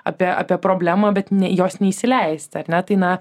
apie apie problemą bet ne jos neįsileisti ar ne tai na